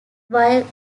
while